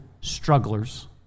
strugglers